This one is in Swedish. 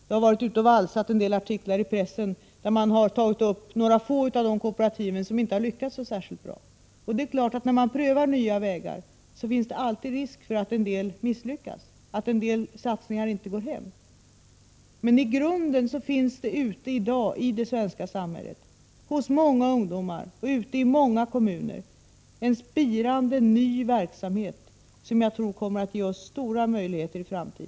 Det har valsat en del artiklar i pressen där man har tagit upp några få av de kooperativ som inte lyckats särskilt bra. Det är klart att när man prövar nya vägar finns det alltid risk för att en del misslyckas, att en del satsningar inte går hem. Men i grunden finns det i dag hos många ungdomar ute i det svenska samhället, ute i många kommuner, en spirande ny verksamhet som jag tror kommer att ge oss stora möjligheter i framtiden.